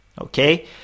Okay